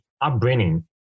upbringing